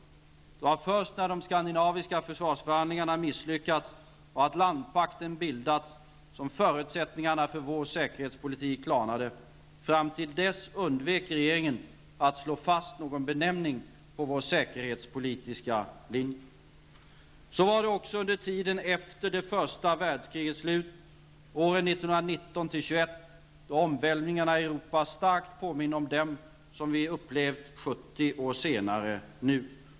Det var först när de skandinaviska försvarsförhandlingarna misslyckats och Atlantpakten bildats som förutsättningarna för vår säkerhetspolitik klarnade. Fram till dess undvek regeringen att slå fast någon benämning på vår säkerhetspolitiska linje. Så var det också under tiden efter första världskrigets slut, åren 1919--1921, då omvälvningarna i Europa starkt påminde om dem som vi upplevt nu 70 år senare.